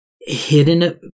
hidden